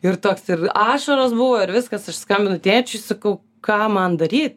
ir toks ir ašaros buvo ir viskas aš skambinu tėčiui sakau ką man daryt